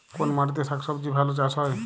কোন মাটিতে শাকসবজী ভালো চাষ হয়?